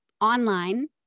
online